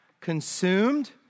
consumed